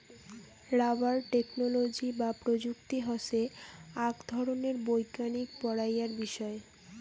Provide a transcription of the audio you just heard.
rubber technology বা প্রযুক্তি হসে আক ধরণের বৈজ্ঞানিক পড়াইয়ার বিষয়